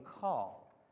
call